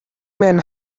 men